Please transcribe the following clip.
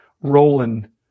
Roland